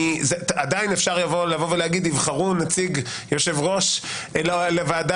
עדיין אפשר להגיד: יבחרו יושב-ראש לוועדה